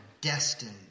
destined